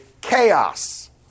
chaos